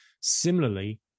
similarly